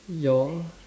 your